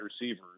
receivers